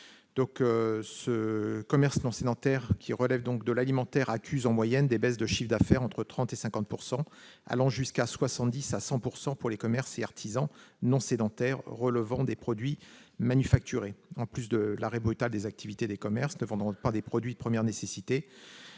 sur tout le territoire. Dans l'alimentaire, il accuse en moyenne des baisses de chiffre d'affaires entre 30 % et 50 %, et jusqu'à 70 % à 100 % pour les commerces et artisans non sédentaires vendant des produits manufacturés. Après l'arrêt brutal des activités des commerces ne vendant pas des produits de première nécessité,